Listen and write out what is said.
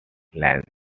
lines